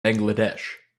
bangladesh